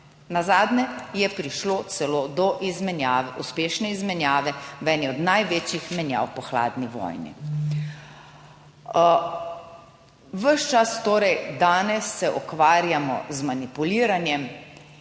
nazadnje je prišlo celo do izmenjave, uspešne izmenjave v eni od največjih menjav po hladni vojni. Ves čas torej danes se ukvarjamo z manipuliranjem.